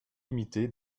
limitée